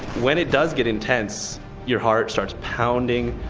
when it does get intense your heart starts pounding,